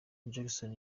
jackson